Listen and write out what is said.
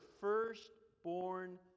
firstborn